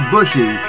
Bushy